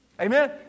Amen